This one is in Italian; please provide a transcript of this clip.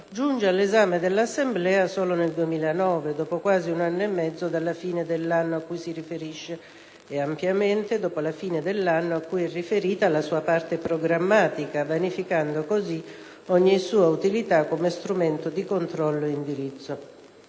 giunge all'esame dell'Assemblea solo nel 2009, dopo quasi un anno e mezzo dalla fine dell'anno a cui si riferisce e ampiamente dopo la fine dell'anno a cui è riferita la sua parte programmatica, vanificando così ogni sua utilità come strumento di controllo e indirizzo.